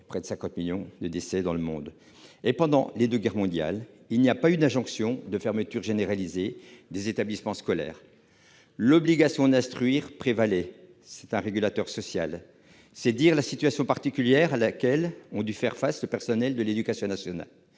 près de 50 millions de décès dans le monde. Pendant les deux guerres mondiales, il n'y a pas non plus eu d'injonction de fermeture généralisée des établissements scolaires. L'obligation d'instruire prévalait ; c'est un régulateur social. C'est dire la situation particulière à laquelle a dû faire face le personnel de l'éducation nationale,